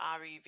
REV